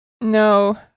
No